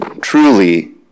Truly